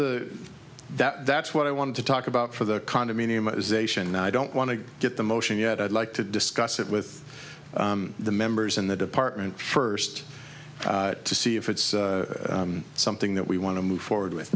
that that's what i wanted to talk about for the condominium ization i don't want to get the motion yet i'd like to discuss it with the members in the department first to see if it's something that we want to move forward with